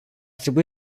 trebui